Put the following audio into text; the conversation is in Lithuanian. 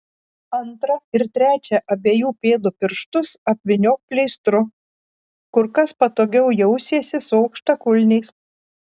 antrą ir trečią abiejų pėdų pirštus apvyniok pleistru kur kas patogiau jausiesi su aukštakulniais